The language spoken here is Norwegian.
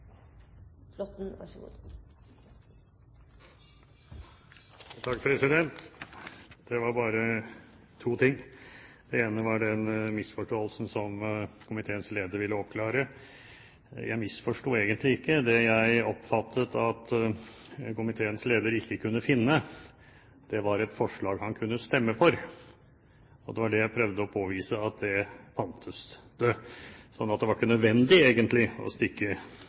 Det var bare to ting. Det ene er den misforståelsen som komiteens leder ville oppklare. Jeg misforsto egentlig ikke. Det jeg oppfattet at komiteens leder ikke kunne finne, var et forslag han kunne stemme for. Det var det jeg prøvde å påvise at fantes, slik at det ikke var nødvendig, egentlig, å stikke